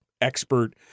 expert